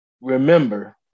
remember